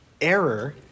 error